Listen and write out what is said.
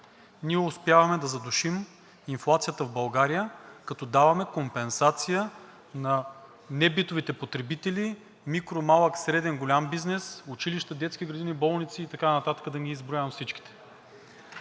ние успяваме да задушим инфлацията в България, като даваме компенсация на небитовите потребители – микро-, малък, среден, голям бизнес, училища, детски градини, болници и така нататък, да не ги изброявам всичките.